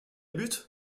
but